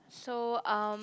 so um